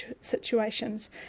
situations